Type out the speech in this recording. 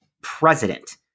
president